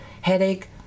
headache